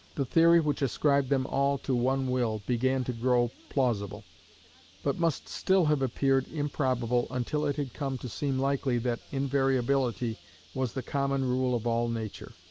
the theory which ascribed them all to one will began to grow plausible but must still have appeared improbable until it had come to seem likely that invariability was the common rule of all nature.